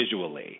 visually